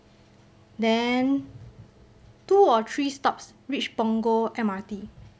then two or three stops reach punggol M_R_T